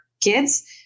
kids